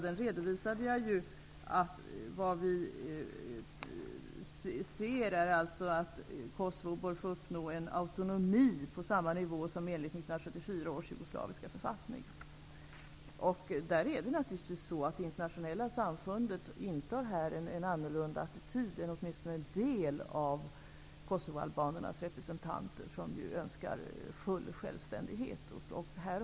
Jag redovisade ju att vi ser att Kosovo bör uppnå en autonomi på samma nivå som enligt 1974 års jugoslaviska författning. Det internationella samfundet intar naturligtvis en annan attityd än åtminstone en del av kosovoalbanernas representanter, som ju önskar full självständighet.